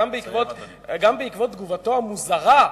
גם בעקבות תגובתו המוזרה,